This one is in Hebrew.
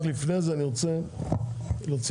אני רק רוצה להוציא